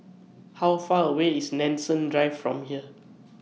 How Far away IS Nanson Drive from here